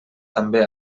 també